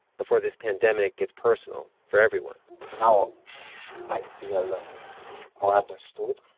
before this pandemic gets personal for everyone now i feel more understood.